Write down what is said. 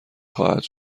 خواهد